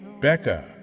Becca